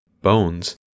bones